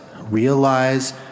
Realize